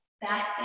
back